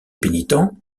pénitents